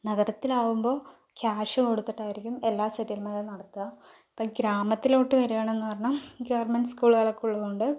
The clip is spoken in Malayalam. നഗരത്തിൽ ആകുമ്പോൾ ക്യാഷ് കൊടുത്തിട്ടായിരിക്കും എല്ലാ സെറ്റിൽമെന്റും നടത്തുക ഇപ്പോൾ ഗ്രാമത്തിലോട്ട് വരുകയാണ് എന്ന് പറഞ്ഞുകഴിഞ്ഞാൽ ഗവൺമെൻറ് സ്കൂളുകളൊക്കെ ഉള്ളത് കൊണ്ട്